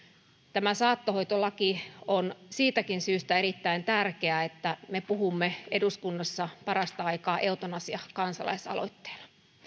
tämä saattohoitolaki on siitäkin syystä erittäin tärkeä että me puhumme eduskunnassa parasta aikaa eutanasiasta kansalaisaloitteen muodossa